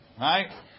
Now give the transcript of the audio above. right